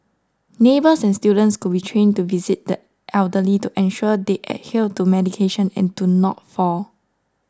neighbours and students could be trained to visit the elderly to ensure they adhere to medication and do not fall